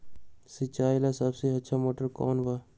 सिंचाई ला सबसे अच्छा मोटर कौन बा?